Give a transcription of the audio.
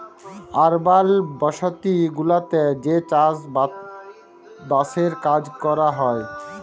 আরবাল বসতি গুলাতে যে চাস বাসের কাজ ক্যরা হ্যয়